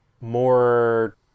more